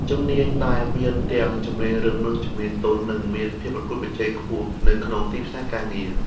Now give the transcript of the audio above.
អ្នកជំនាញដែលមានទាំងជំនាញរឹងនិងជំនាញទន់នឹងមានភាពប្រកួតប្រជែងខ្ពស់នៅក្នុងទីផ្សារការងារ។